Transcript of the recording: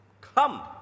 Come